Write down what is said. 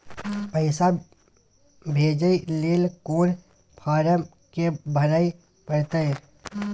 पैसा भेजय लेल कोन फारम के भरय परतै?